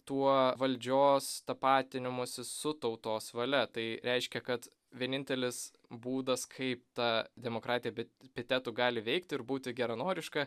tuo valdžios tapatinimosi su tautos valia tai reiškia kad vienintelis būdas kaip ta demokratija be epitetų gali veikti ir būti geranoriška